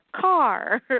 car